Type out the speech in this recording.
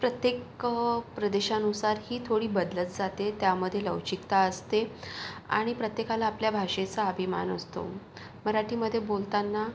प्रत्येक प्रदेशानुसार ही थोडी बदलत जाते त्यामध्ये लवचिकता असते आणि प्रत्येकाला आपल्या भाषेचा अभिमान असतो मराठीमध्ये बोलतांना